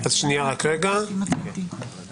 אני נמצאת כאן כל הזמן.